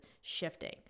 shifting